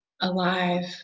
alive